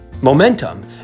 momentum